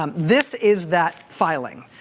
um this is that filing.